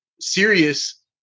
serious